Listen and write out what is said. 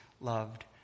loved